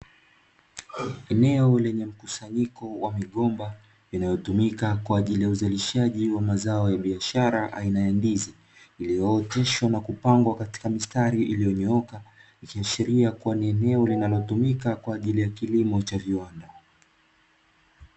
Eneo lenye mkusanyiko wa migomba inayotumika kwa ajili ya uzalishaji wa mazao ya biashara aina ya ndizi. Iliyooteshwa na kupangwa katika mistari iliyonyooka, Ikiashiria kuwa ni eneo linalotumika kwa ajili ya kilimo cha viwanda.